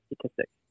statistics